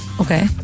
Okay